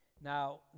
Now